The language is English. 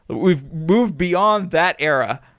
but we've moved beyond that era.